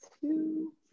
two